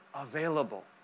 available